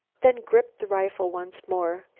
then gripped the rifle once more.